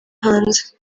hanze